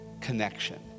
connection